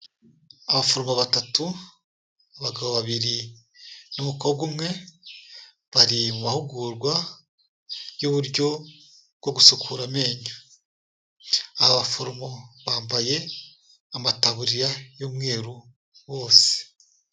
Abaforomo batatu, abagabo babiri n'umukobwa umwe, bari mu mahugurwa y'uburyo bwo gusukura amenyo, abaforomo bambaye amataburiya y'umweru bose.